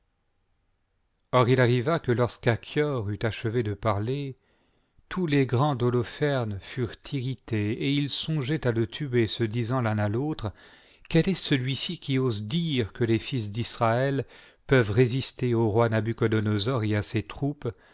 or il arriva que lorsqu'achior eut achevé de parler tous les grands d'holoferne furent irrités et ils songeaient à le tuer se disant l'un à l'autre quel est celui-ci qui ose dire que les fils d'israël peuvent résister au roi nabuchodonosor et à ses troupes